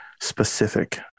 specific